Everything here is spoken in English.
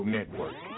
Network